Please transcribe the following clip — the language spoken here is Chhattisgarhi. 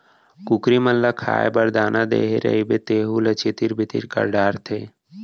कुकरी मन ल खाए बर दाना देहे रइबे तेहू ल छितिर बितिर कर डारथें